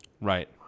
Right